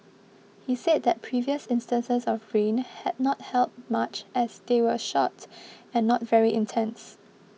he said that previous instances of rain had not helped much as they were short and not very intense